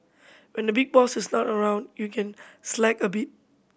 when the big boss is not around you can slack a bit